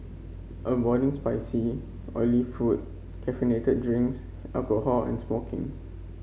avoiding spicy oily food caffeinated drinks alcohol and smoking